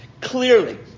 clearly